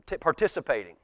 participating